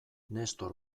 nestor